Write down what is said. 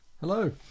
Hello